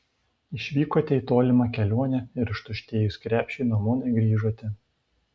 išvykote į tolimą kelionę ir ištuštėjus krepšiui namo negrįžote